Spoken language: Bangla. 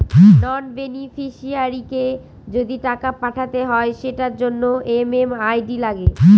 নন বেনিফিশিয়ারিকে যদি টাকা পাঠাতে হয় সেটার জন্য এম.এম.আই.ডি লাগে